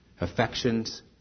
affections